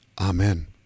Amen